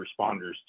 responders